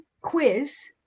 quiz